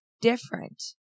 different